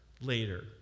later